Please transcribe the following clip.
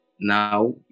now